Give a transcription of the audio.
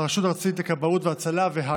הרשות הארצית לכבאות והצלה והג"א.